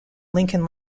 lincoln